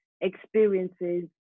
experiences